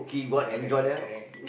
okay correct